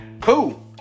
Cool